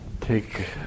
take